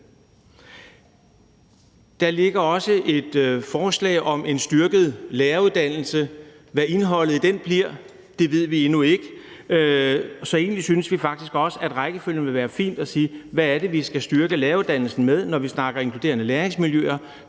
Der ligger også et forslag om en styrket læreruddannelse. Hvad indholdet i den bliver, ved vi endnu ikke, så vi synes faktisk også, at det vil være fint, at vi tager det i den rækkefølge, at vi ser på, hvordan vi skal styrke læreruddannelsen, når vi snakker inkluderende læringsmiljøer,